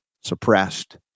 suppressed